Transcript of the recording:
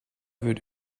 wird